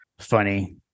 funny